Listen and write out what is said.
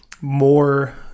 more